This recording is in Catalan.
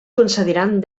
concediran